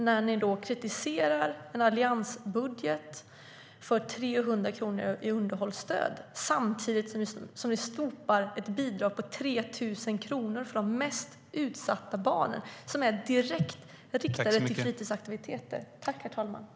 Ni kritiserar alliansbudgeten för att vi har 300 kronor mindre i underhållsstöd, samtidigt som ni slopar ett bidrag på 3 000 kronor direkt riktat till fritidsaktiviteter för de mest utsatta barnen.